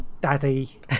daddy